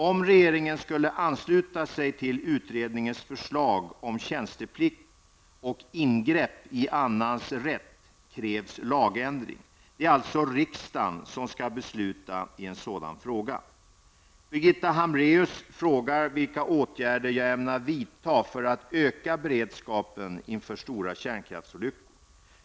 Om regeringen skulle ansluta sig till utredningens förslag om tjänsteplikt och ingrepp i annans rätt krävs lagändring. Det är alltså riksdagen som skall besluta i en sådan fråga. Birgitta Hambraeus frågar vilka åtgärder jag ämnar vidta för att öka beredskapen inför stora kärnkraftsolyckor.